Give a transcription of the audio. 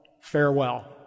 Farewell